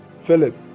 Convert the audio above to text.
Philip